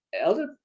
Elder